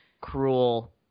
cruel